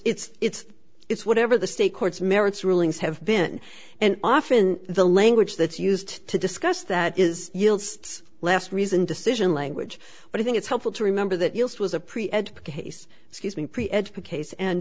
it's it's whatever the state courts merits rulings have been and often the language that's used to discuss that is last reasoned decision language but i think it's helpful to remember that used was a pre ed case